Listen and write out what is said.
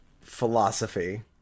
philosophy